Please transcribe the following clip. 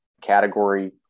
category